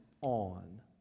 on